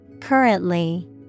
Currently